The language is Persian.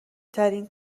ترین